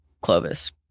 Clovis